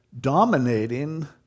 dominating